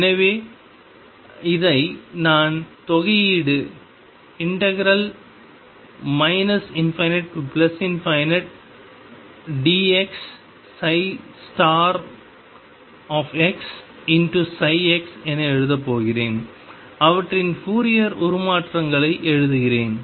எனவே இதை நான் தொகையீடு ∞ dx xψ என்று எழுதப் போகிறேன் அவற்றின் ஃபோரியர் உருமாற்றங்களை எழுதுகிறேன்